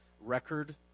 record